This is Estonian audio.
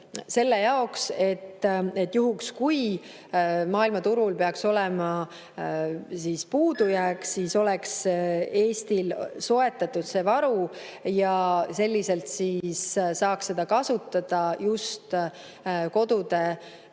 gaasihoidlas juhuks, kui maailmaturul peaks olema puudujääk. Siis oleks Eestil soetatud see varu ja selliselt saaks seda kasutada just kodude